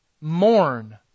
mourn